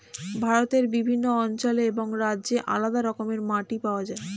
ভারতের বিভিন্ন অঞ্চলে এবং রাজ্যে আলাদা রকমের মাটি পাওয়া যায়